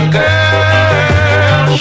girl